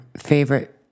favorite